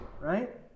right